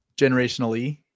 generationally